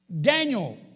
Daniel